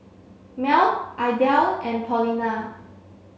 Mel Idell and Paulina